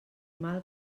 mal